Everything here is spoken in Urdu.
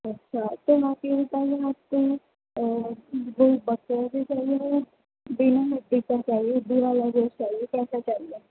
اچھا تو آپ یہ بتائیے آپ کو گوشت بکرے کا چاہیے ہوگا بنا ہڈی کا چاہیے ہڈی والا گوشت چاہیے کیسا چاہیے